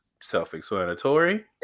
self-explanatory